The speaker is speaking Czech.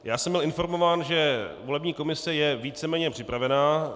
Já jsem byl informován, že volební komise je víceméně připravena.